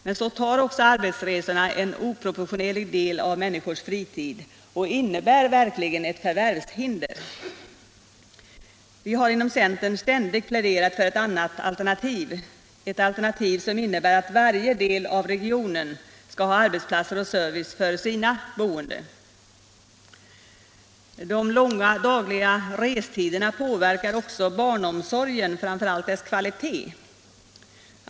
Men så tar också arbetsresorna en oproportionerlig del av människors fritid och innebär verkligen ett förvärvshinder. Vi har inom centern ständigt pläderat för ett annat alternativ, ett alternativ som innebär att varje del av regionen skall ha arbetsplatser och service för sina invånare. De långa dagliga restiderna påverkar också barnomsorgen, framför allt dess kvalitet.